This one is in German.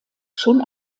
schon